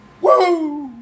Woo